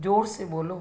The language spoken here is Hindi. जोर से बोलो